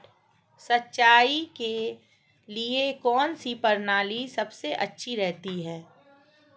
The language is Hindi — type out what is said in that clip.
सिंचाई के लिए कौनसी प्रणाली सबसे अच्छी रहती है?